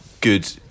good